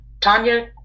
Tanya